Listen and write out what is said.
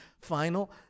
final